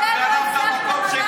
נגוסה במקומך.